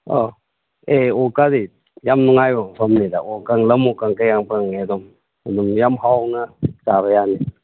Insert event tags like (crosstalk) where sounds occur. ꯑꯥ ꯑꯦ (unintelligible) ꯌꯥꯝ ꯅꯨꯡꯉꯥꯏꯕ ꯃꯐꯝꯅꯤꯗ ꯑꯣ ꯂꯝꯑꯣꯛꯀ ꯌꯥꯝ ꯐꯪꯉꯦ ꯑꯗꯨꯝ ꯑꯗꯨꯝ ꯌꯥꯝ ꯍꯥꯎꯅ ꯆꯥꯕ ꯌꯥꯅꯤ